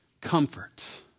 comfort